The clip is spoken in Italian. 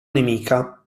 nemica